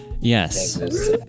Yes